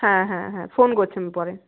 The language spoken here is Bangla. হ্যাঁ হ্যাঁ হ্যাঁ ফোন করছি আমি পরে